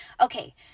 Okay